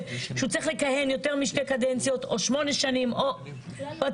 שהוא צריך לכהן יותר משתי קדנציות או שמונה שנים או whatever,